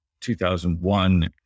2001